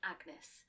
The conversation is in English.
Agnes